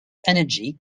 energy